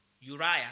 Uriah